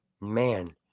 man